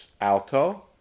alto